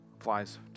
applies